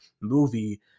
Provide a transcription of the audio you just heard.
movie